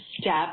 step